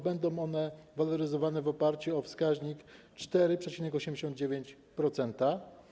Będą one waloryzowane w oparciu o wskaźnik 4,89%.